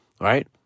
Right